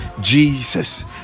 jesus